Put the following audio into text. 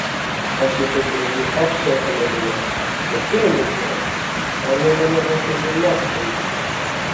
aš jai taip gražiai op su automobiliu tipo pinigus duok o jinai mane vos ne velniop siunčia